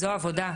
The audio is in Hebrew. זאת העבודה.